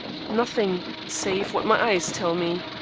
nothing, save what my eyes tell me.